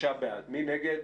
מי נגד?